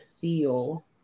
feel